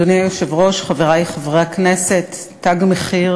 אדוני היושב-ראש, חברי חברי הכנסת, "תג מחיר"